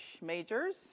majors